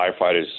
firefighters